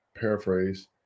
paraphrase